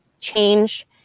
change